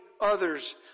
others